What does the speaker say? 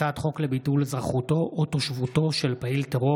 הצעת חוק לביטול אזרחותו או תושבותו של פעיל טרור